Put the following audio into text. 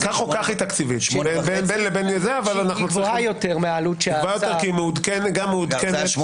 היא גבוהה יותר מההצעה- -- כי מעודכנת.